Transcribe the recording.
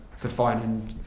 defining